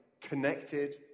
Connected